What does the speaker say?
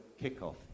kickoff